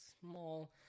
small